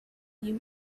you